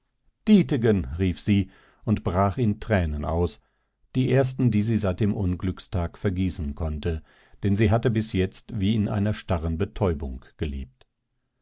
dietegen rief sie und brach in tränen aus die ersten die sie seit dem unglückstag vergießen konnte denn sie hatte bis jetzt wie in einer starren betäubung gelebt